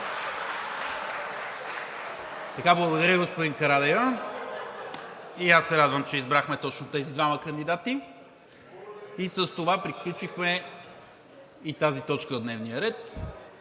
Благодаря Ви, господин Карадайъ. И аз се радвам, че избрахме точно тези двама кандидати. С това приключихме и тази точка от дневния ред.